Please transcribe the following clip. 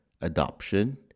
adoption